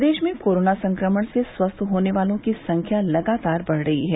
प्रदेश में कोरोना संक्रमण से स्वस्थ होने वालों की संख्या लगातार बढ़ रही है